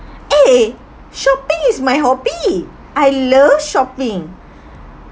eh shopping is my hobby I love shopping